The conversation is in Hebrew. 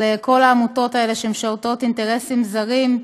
על כל העמותות האלה, שמשרתות אינטרסים זרים.